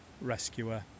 rescuer